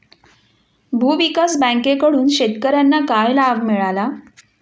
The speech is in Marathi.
भूविकास बँकेकडून शेतकर्यांना काय लाभ मिळाला?